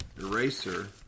Eraser